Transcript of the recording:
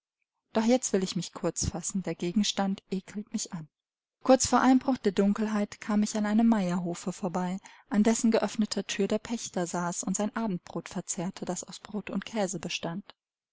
doch jetzt will ich mich kurz fassen der gegenstand ekelt mich an kurz vor einbruch der dunkelheit kam ich an einem meierhofe vorbei an dessen geöffneter thür der pächter saß und sein abendbrot verzehrte das aus brot und käse bestand